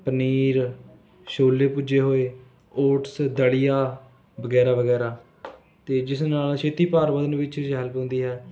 ਪਨੀਰ ਛੋਲੇ ਭੁੱਜੇ ਹੋਏ ਓਟਸ ਦਲ਼ੀਆ ਵਗੈਰਾ ਵਗੈਰਾ ਅਤੇ ਜਿਸ ਨਾਲ਼ ਛੇਤੀ ਭਾਰ ਵਧਣ ਵਿੱਚ ਹੈਲਪ ਹੁੰਦੀ ਹੈ